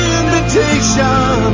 invitation